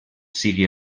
sigui